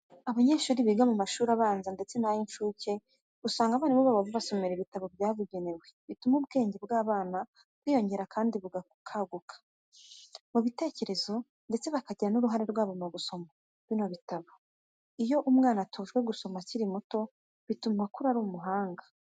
Abanyeshuri biga mu mashuri abanza ndetse n'ay'incuke usanga abarimu babo babasomera ibitabo byabugenewe bituma ubwenge bw'aba bana bwiyongera kandi bakaguka mu bitekerezo ndetse bakagira n'uruhare rwabo mu gusoma bino bitabo. Iyo umwana atojwe gusoma akiri muto bituma akura ari umuhanga.